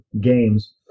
games